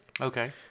Okay